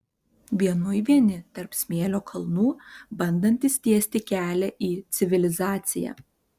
vienui vieni tarp smėlio kalnų bandantys tiesti kelią į civilizaciją